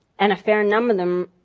and a fair number of them